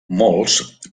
molts